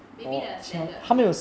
maybe we are standard I think